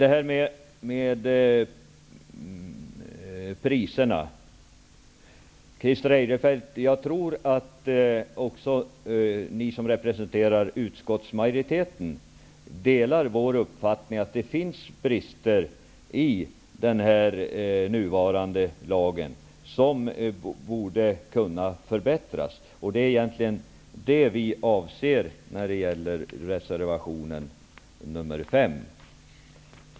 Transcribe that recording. Jag tror, Christer Eirefelt, att även ni som representerar utskottsmajoriteten delar vår uppfattning att det finns brister i den nuvarande lagen som borde förbättras. Det är egentligen det vi avser med reservation nr 5.